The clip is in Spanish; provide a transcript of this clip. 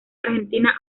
argentina